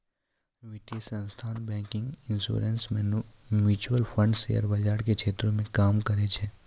वित्तीय संस्थान banking insurance mutual fund share बाजार के क्षेत्र मे काम करै छै